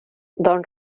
don